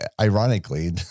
ironically